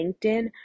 LinkedIn